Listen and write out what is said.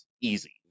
Easy